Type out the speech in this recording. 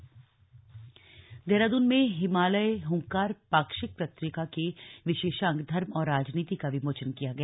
RSS Dehradun में हिमालय हुंकार पाक्षिक पत्रिका के विशेषांक धर्म और राजनीति का विमोचन किया गया